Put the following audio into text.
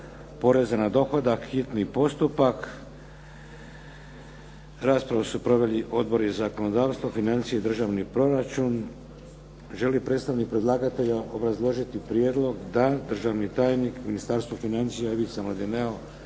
drugo čitanje, P.Z. br. 241 Raspravu su proveli odbori za zakonodavstvo, financije i državni proračun. Želi li predstavnik predlagatelja obrazložiti prijedlog? Da. Državni tajnik u Ministarstvu financija Ivica Mladineo.